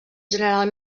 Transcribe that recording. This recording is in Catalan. general